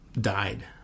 died